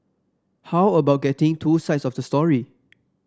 how about getting two sides of the story